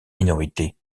minorités